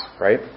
right